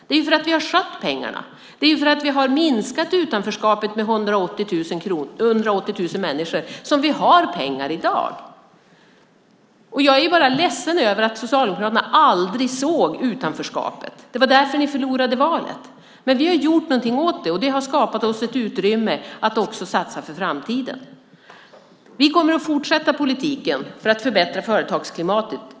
Det är för att vi har skött pengarna. Det är för att vi har minskat utanförskapet med 180 000 människor som vi har pengar i dag. Jag är bara ledsen över att Socialdemokraterna aldrig såg utanförskapet. Det var därför ni förlorade valet. Men vi har gjort någonting åt det, och det har skapat oss ett utrymme att också satsa för framtiden. Vi kommer att fortsätta politiken för att förbättra företagsklimatet.